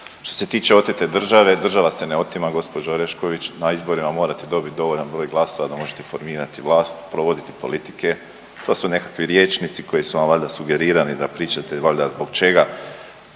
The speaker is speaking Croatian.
Što se tiče otete države, država se ne otima gđo. Orešković, na izborima morate dobit dovoljan broj glasova da možete formirati vlast, provoditi politike, to su nekakvi rječnici koji su vam valjda sugerirani da pričate valjda zbog čega.